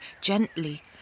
gently